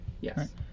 Yes